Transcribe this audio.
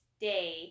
day